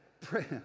Pray